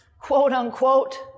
quote-unquote